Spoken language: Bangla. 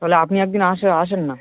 তাহলে আপনি এক দিন আসে আসেন না